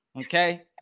okay